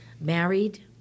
married